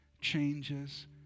changes